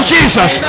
Jesus